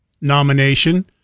nomination